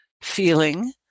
feeling